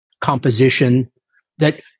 composition—that